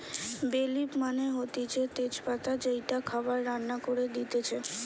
বে লিফ মানে হতিছে তেজ পাতা যেইটা খাবার রান্না করে দিতেছে